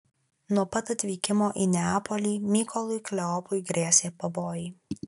nuo pat atvykimo į neapolį mykolui kleopui grėsė pavojai